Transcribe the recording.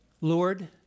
Lord